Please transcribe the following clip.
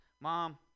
Mom